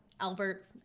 Albert